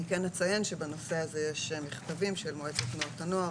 אני כן אציין שבנושא הזה יש מכתבים של מועצת תנועות הנוער,